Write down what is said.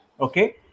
Okay